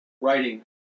writing